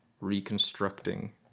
reconstructing